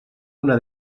una